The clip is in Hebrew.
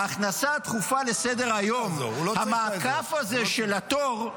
ההכנסה הדחופה לסדר-היום, המעקף הזה של התור,